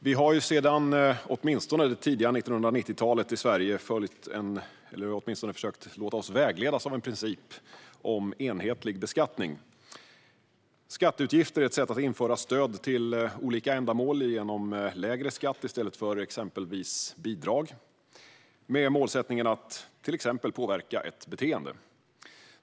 Vi har i Sverige åtminstone sedan det tidiga 1990-talet följt, eller åtminstone försökt låta oss vägledas av, en princip om enhetlig beskattning. Skatteutgifter är ett sätt att införa stöd till olika ändamål genom lägre skatt i stället för exempelvis bidrag med målsättningen att till exempel påverka ett beteende.